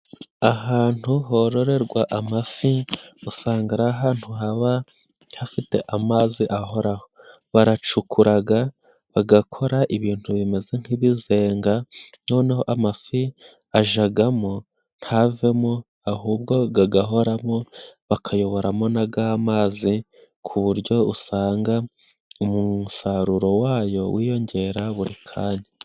Ahantu hororerwa amafi usanga ari ahantu haba hafite amazi ahoraho. Baracukuraga bagakora ibintu bimeze nk'ibizenga, noneho amafi ajagamo ntavemo ahubwo gagahoramo, bakayoboramo n'agamazi ku buryo usanga umusaruro wayo wiyongera buri kanya.